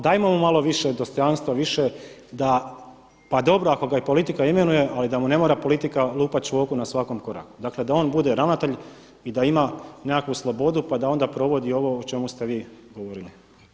Dajmo mu malo više dostojanstva, više da, pa dobro ako ga i politika imenuje ali da mu ne mora politika lupati čvoku na svakom koraku, dakle da on bude ravnatelj i ima nekakvu slobodu pa da onda provodi i ovo o čemu ste vi govorili.